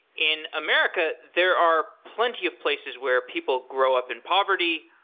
in america, there are plenty of places where people grow up in poverty.